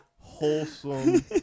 wholesome